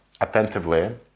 attentively